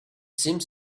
seemed